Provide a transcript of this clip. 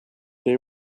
they